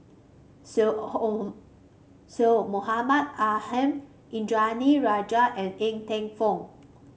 Syed Syed Mohamed Ahmed Indranee Rajah and Ng Teng Fong